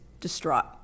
distraught